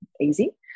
easy